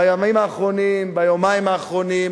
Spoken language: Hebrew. בימים האחרונים,